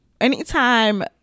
Anytime